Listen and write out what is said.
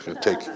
Take